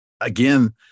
again